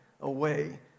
away